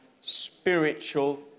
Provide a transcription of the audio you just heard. spiritual